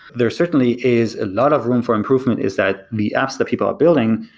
there certainly is a lot of room for improvement, is that the apps the people are building,